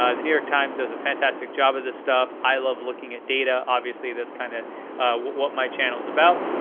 the new york times does a fantastic job of this stuff. i love looking at data, obviously, that's kind of what my channel is about.